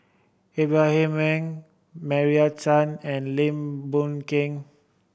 Ibrahim Awang Meira Chand and Lim Boon Keng